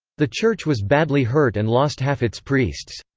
the church was badly hurt and lost half its priests.